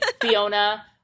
Fiona